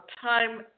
time